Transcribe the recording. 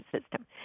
system